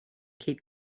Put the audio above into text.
keep